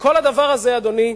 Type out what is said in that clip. וכל הדבר הזה, אדוני,